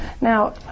Now